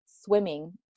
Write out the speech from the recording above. swimming